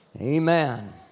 Amen